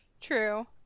True